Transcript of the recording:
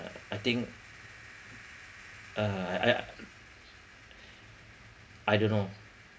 uh I think uh I I I don't know